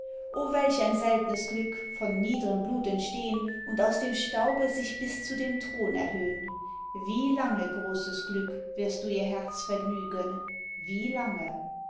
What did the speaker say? o welch ein seltnes glück von niederm blut entstehn und aus dem staube sich bis zu dem thron erhöhn wie lange großes glück wirst du ihr herz vergnügen wie lange